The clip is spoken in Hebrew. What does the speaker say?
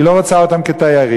והיא לא רוצה אותם כתיירים.